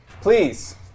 please